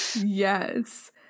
yes